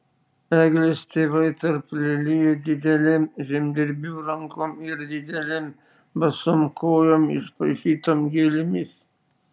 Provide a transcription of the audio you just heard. eglės tėvai tarp lelijų didelėm žemdirbių rankom ir didelėm basom kojom išpaišytom gėlėmis